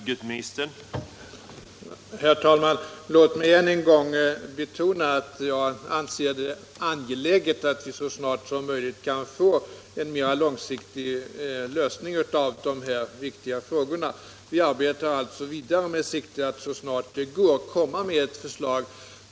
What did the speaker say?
Herr talman! Låt mig än en gång betona att jag anser det angeläget att vi så snart som möjligt kan få en mera långsiktig lösning av dessa viktiga frågor. Vi arbetar alltså vidare med sikte på att lägga fram ett förslag så snart det går.